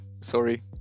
Sorry